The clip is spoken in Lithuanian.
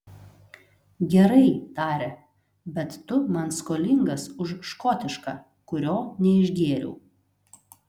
gerai tarė bet tu man skolingas už škotišką kurio neišgėriau